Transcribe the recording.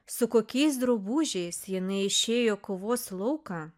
su kokiais drabužiais jinai išėjo kovos lauką